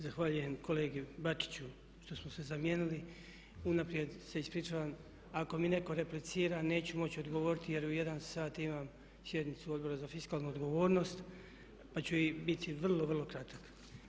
Zahvaljujem kolegi Bačiću što smo se zamijenili, unaprijed se ispričavam ako mi netko replicira neću moći odgovoriti jer u 13,00 sati imam sjednicu Odbora za fiskalnu odgovornost pa ću biti vrlo, vrlo kratak.